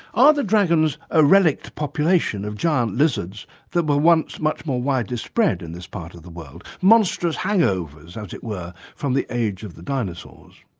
are the dragons a relict population of giant lizards that were once much more widely spread in this part of the world, monstrous hangovers, as it were, from the age of the dinosaurs?